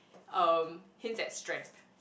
uh hints at strength